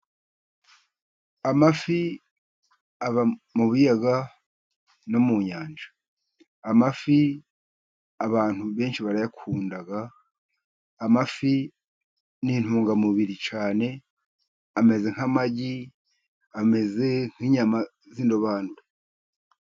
Amafi aba mu biyaga no mu nyanja, amafi abantu benshi barayakunda, amafi n'intungamubiri cyane ameze nk'amagi, ameze nk'inyama z'indobanure.